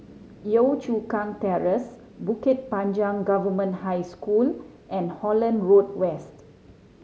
Yio Chu Kang Terrace Bukit Panjang Government High School and Holland Road West